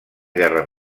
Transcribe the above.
guerra